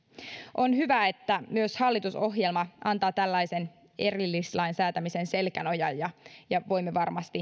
on hyvä että myös hallitusohjelma antaa tällaisen erillislain säätämiseen selkänojan ja ja voimme varmasti